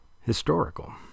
historical